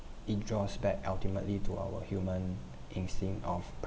it draws back ultimately to our human instinct of